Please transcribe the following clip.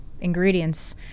ingredients